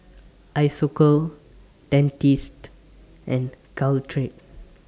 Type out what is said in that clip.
Isocal Dentiste and Caltrate